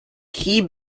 key